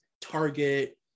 target